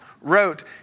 wrote